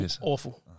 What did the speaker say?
awful